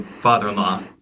father-in-law